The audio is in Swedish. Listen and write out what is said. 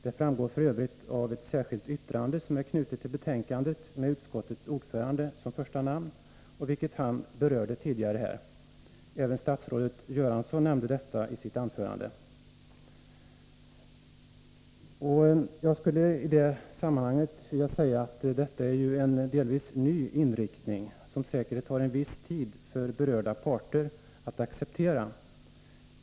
Detta framgår f. ö. av ett särskilt yttrande som är knutet till betänkandet och som har utskottets ordförande som första namn, vilket denne har berört tidigare. Även statsrådet Göransson nämnde detta i sitt anförande. Jag skulle i det sammanhanget vilja säga att detta är en delvis ny inriktning, som det säkert tar en viss tid för berörda parter att acceptera.